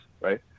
right